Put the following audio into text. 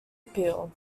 appeal